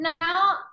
now